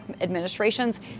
administrations